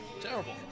terrible